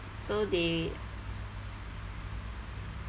so they